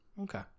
Okay